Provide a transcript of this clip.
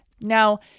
Now